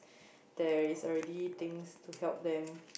there is already things to help them